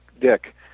Dick